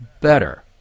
better